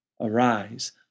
Arise